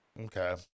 Okay